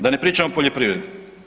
Da ne pričam o poljoprivredi.